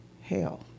hell